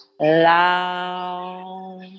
loud